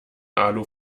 alu